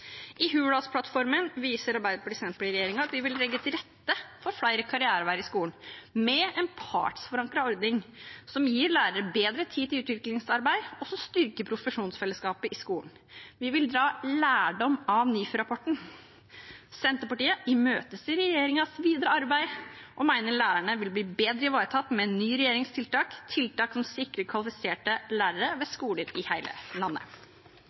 I Hurdalsplattformen viser Arbeiderparti–Senterparti-regjeringen at vi vil legge til rette for flere karriereveier i skolen, med en partsforankret ordning som gir lærere bedre tid til utviklingsarbeid, og som styrker profesjonsfellesskapet i skolen. Vi vil dra lærdom av NIFU-rapporten. Senterpartiet imøteser regjeringens videre arbeid og mener lærerne vil bli bedre ivaretatt med en ny regjerings tiltak, tiltak som sikrer kvalifiserte lærere ved skoler i hele landet.